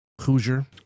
Hoosier